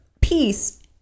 peace